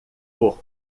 por